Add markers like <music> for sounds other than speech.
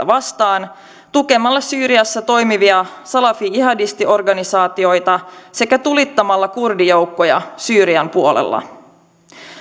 <unintelligible> vastaan tukemalla syyriassa toimivia salafi jihadistiorganisaatioita sekä tulittamalla kurdijoukkoja syyrian puolella